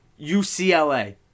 UCLA